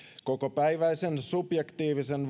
kokopäiväisen subjektiivisen